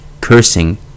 cursing